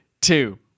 two